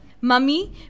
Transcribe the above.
Mummy